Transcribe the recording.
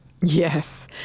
Yes